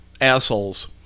assholes